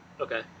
okay